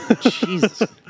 Jesus